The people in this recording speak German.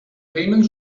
bremen